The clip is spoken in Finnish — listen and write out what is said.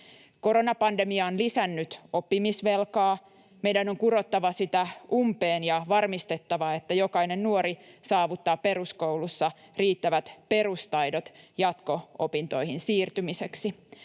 Koronapandemia on lisännyt oppimisvelkaa. Meidän on kurottava sitä umpeen ja varmistettava, että jokainen nuori saavuttaa peruskoulussa riittävät perustaidot jatko-opintoihin siirtymiseksi.